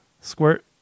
squirt